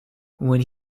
when